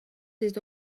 des